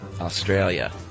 Australia